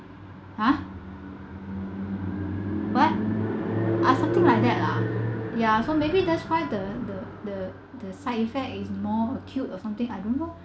!ha! [what] ah something like that lah yeah so maybe just find the the the the the side effects is more acute or something I don't know